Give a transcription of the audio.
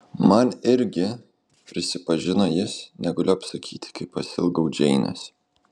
man irgi prisipažino jis negaliu apsakyti kaip pasiilgau džeinės